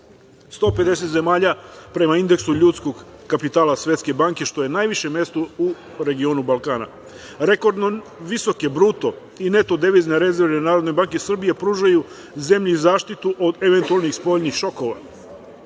150 zemalja prema Indeksu ljudskog kapitala Svetske banke, što je najviše mesto u regionu Balkana. Rekordno visoke bruto i neto devizne rezerve NBS pružaju zemlji zaštitu od eventualnih spoljnih šokova.